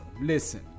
listen